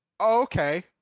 okay